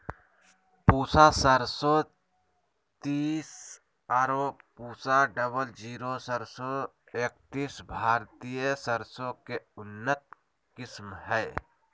पूसा सरसों तीस आरो पूसा डबल जीरो सरसों एकतीस भारतीय सरसों के उन्नत किस्म हय